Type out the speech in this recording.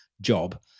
job